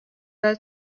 were